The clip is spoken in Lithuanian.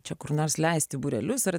čia kur nors leist į būrelius ar